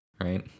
Right